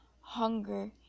hunger